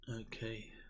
Okay